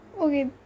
okay